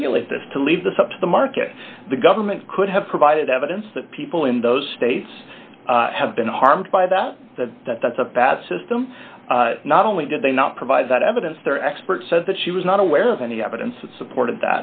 regulate this to leave the sub to the market the government could have provided evidence that people in those states have been harmed by that that that that's a bad system not only did they not provide that evidence their experts said that she was not aware of any evidence that supported